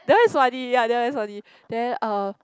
that one is funny ya that one is funny then uh